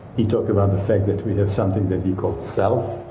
he talked about the fact that we have something that he called self,